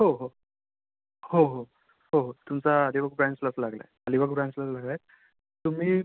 हो हो हो हो हो हो तुमचा अलिबाग ब्रँचलाच लागला आहे अलिबाग ब्रँचलाच लागला आहे तुम्ही